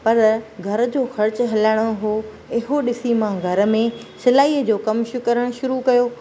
पर घर जो ख़र्चु हलाइणो हो इहो ॾिसी करे मां घर में सिलाईअ जो कम शू करणु शुरू कयो